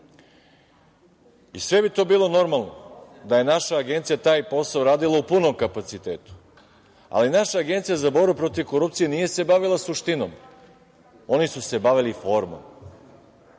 sve bi to bilo normalno da je naša Agencija taj posao uradila u punom kapacitetu, ali naša Agencija za borbu protiv korupcije nije se bavila suštinom, oni su se bavili formom.